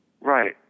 Right